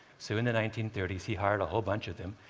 so in the nineteen thirty s, he hired a whole bunch of them,